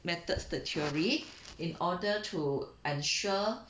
methods the theory in order to ensure